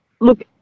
Look